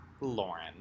Lauren